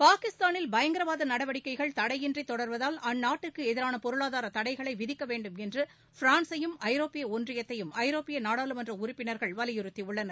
பாகிஸ்தானில் பயங்கரவாத நடவடிக்கைகள் தடையின்றி தொடர்வதால் அந்நாட்டுக்கு எதிராக பொருளாதார தடைகளை விதிக்க வேண்டுமென்று பிரான்ஸையும் ஐரோப்பிய ஒன்றியத்தையும் ஐரோப்பிய நாடாளுமன்ற உறுப்பினர்கள் வலியுறுத்தியுள்ளனர்